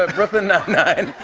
ah brooklyn nine-nine.